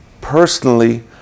personally